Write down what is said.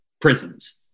prisons